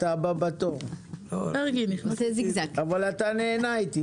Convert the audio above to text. אתה הבא בתור אבל אתה נהנה איתי,